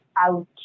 out